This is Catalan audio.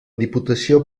diputació